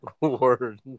Word